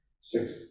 six